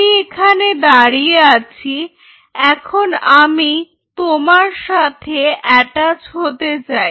আমি এখানে দাঁড়িয়ে আছি এখন আমি তোমার সাথে অ্যাটাচ হতে চাই